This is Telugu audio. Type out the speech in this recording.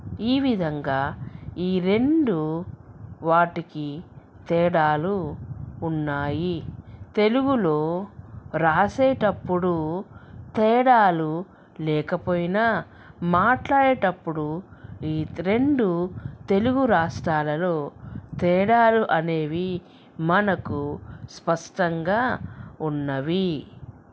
ఈ విధంగా ఈ రెండూ వాటికి తేడాలు ఉన్నాయి తెలుగులో రాసేటప్పుడు తేడాలు లేకపోయినా మాట్లాడేటప్పుడు ఈ రెండు తెలుగు రాష్ట్రాలలో తేడాలు అనేవి మనకు స్పష్టంగా ఉన్నవి